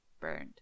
burned